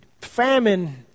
Famine